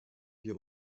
wir